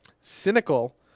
cynical